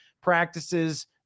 practices